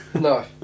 No